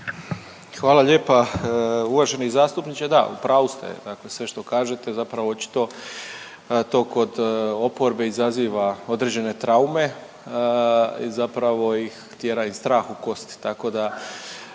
Hvala lijepa, uvaženi zastupniče, da, u pravu ste, dakle sve što kažete zapravo očito to kod oporbe izaziva određene traume, zapravo ih, tjera im strah u kosti, tako da,